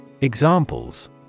examples